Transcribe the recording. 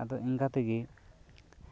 ᱟᱫᱚ ᱤᱱᱠᱟᱹ ᱛᱮᱜᱮ